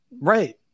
Right